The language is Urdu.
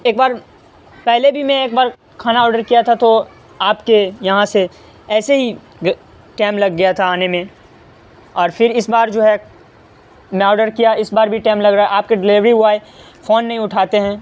ایک بار پہلے بھی میں ایک بار کھانا آڈر کیا تھا تو آپ کے یہاں سے ایسے ہی ٹیم لگ گیا تھا آنے میں اور پھر اس بار جو ہے میں آڈر کیا اس بار بھی ٹائم لگ رہا ہے آپ کے ڈیلیوری بوائے فون نہیں اٹھاتے ہیں